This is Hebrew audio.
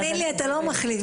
ומעל קומה,